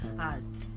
ads